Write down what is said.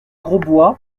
grosbois